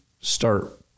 start